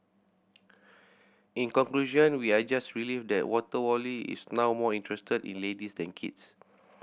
in conclusion we are just relieved that Water Wally is now more interested in ladies than kids